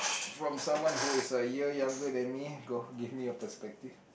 from someone who is a year younger than me go give me your perspective